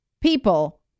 people